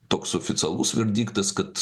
toks oficialus verdiktas kad